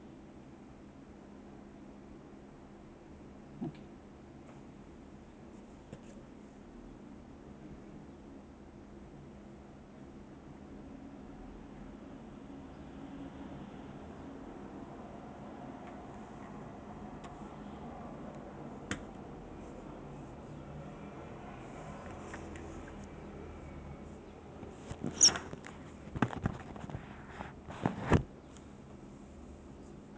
okay